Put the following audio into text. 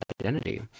identity